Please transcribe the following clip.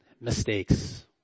mistakes